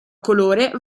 colore